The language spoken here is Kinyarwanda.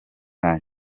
nta